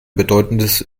bedeutendes